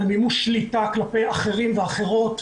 על מימוש שליטה כלפי אחרים ואחרת,